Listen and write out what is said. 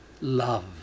love